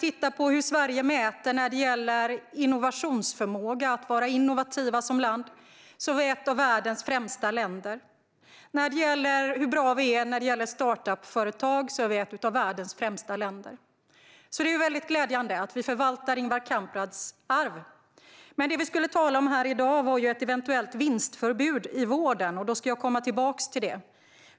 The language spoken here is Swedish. I mätningar av innovationsförmåga är Sverige ett av världens främsta länder. Vi är även ett av världens främsta länder när det gäller startup-företag. Det är alltså väldigt glädjande att vi förvaltar Ingvar Kamprads arv. Det vi skulle tala om här i dag var dock ett eventuellt vinstförbud i vården, och då ska jag komma tillbaka till det.